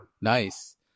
Nice